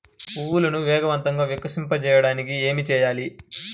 పువ్వులను వేగంగా వికసింపచేయటానికి ఏమి చేయాలి?